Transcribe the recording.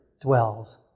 dwells